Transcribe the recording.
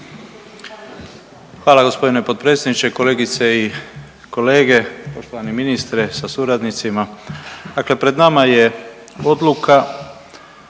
Hvala gospodine potpredsjedniče, kolegice i kolege, poštovani ministre sa suradnicima. Dakle, pred nama je odluka